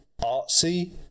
artsy